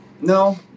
No